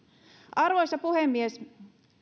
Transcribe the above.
arvoisa puhemies